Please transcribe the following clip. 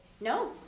No